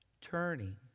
turning